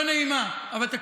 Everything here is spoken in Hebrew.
עם הנאיביות הזאת.